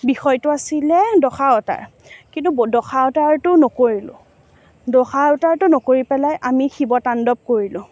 বিষয়টো আছিলে দশাৱতাৰ কিন্তু দশাৱতাৰটো নকৰিলোঁ দশাৱতাৰটো নকৰি পেলাই আমি শিৱ তাণ্ডৱ কৰিলোঁ